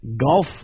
golf